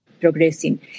progressing